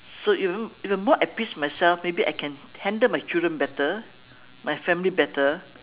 so if I'm if I'm more at peace with myself maybe I can handle my children better my family better